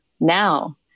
now